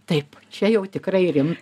taip čia jau tikrai rimta